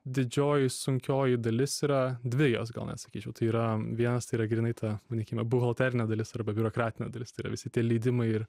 didžioji sunkioji dalis yra dvi jos gal net sakyčiau tai yra vienas tai yra grynai ta vadinkime buhalterinė dalis arba biurokratinė dalis tai yra visi tie leidimai ir